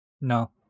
No